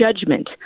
judgment